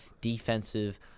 defensive